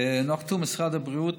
משרד הבריאות